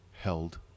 held